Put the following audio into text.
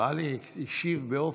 ולכל רשות יש סמכות משלה: